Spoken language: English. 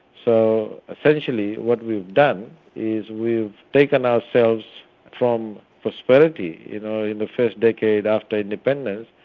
so essentially what we've done is we've taken ourselves from prosperity in ah in the first decade after independence,